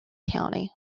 county